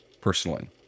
personally